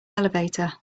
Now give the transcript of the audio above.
elevator